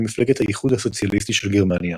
מפלגת האיחוד הסוציאליסטי של גרמניה.